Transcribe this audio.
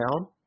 down